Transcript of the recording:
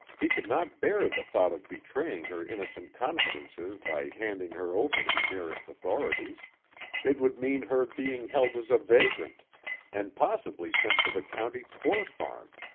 he could not bear the thought of betraying her innocent confidences by handing her over to the nearest authorities it would mean her being held as a vagrant and possibly sent to the county poor-farm.